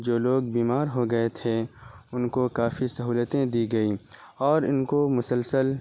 جو لوگ بیمار ہو گئے تھے ان کو کافی سہولتیں دی گئیں اور ان کو مسلسل